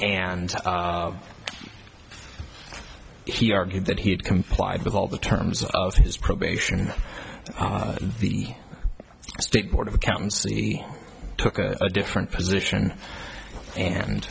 argued that he had complied with all the terms of his probation and the state board of accountancy took a different position and